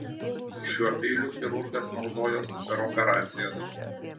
šiuo peiliu chirurgas naudojosi per operacijas